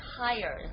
higher